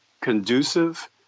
conducive